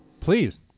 Please